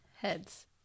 heads